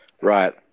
Right